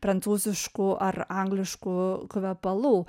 prancūziškų ar angliškų kvepalų